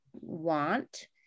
want